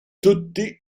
tutti